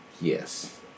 Yes